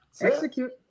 execute